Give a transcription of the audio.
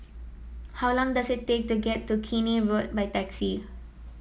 how long does it take to get to Keene Road by taxi